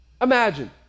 Imagine